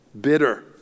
bitter